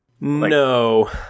no